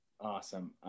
Awesome